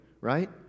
right